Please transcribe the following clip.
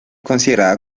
considerada